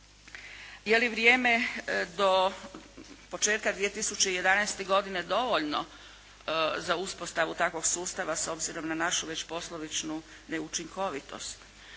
Je li vrijeme do početka 2011. godine dovoljno za uspostavu takvog sustava s obzirom na našu, već poslovičnu neučinkovitost?